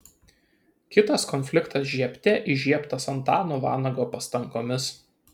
kitas konfliktas žiebte įžiebtas antano vanago pastangomis